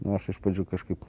nu aš iš pradžių kažkaip